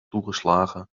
toegeslagen